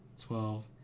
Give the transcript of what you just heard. twelve